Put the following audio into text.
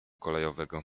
kolejowego